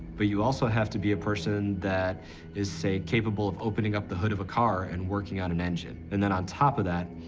but you also have to be a person that is, say, capable of opening up the hood of a car and working on an engine, and then on top of that,